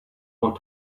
want